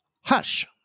Hush